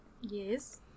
Yes